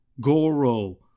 Goro